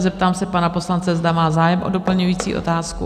Zeptám se pana poslance, zda má zájem o doplňující otázku.